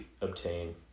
obtain